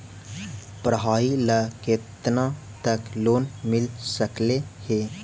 पढाई ल केतना तक लोन मिल सकले हे?